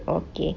okay